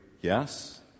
yes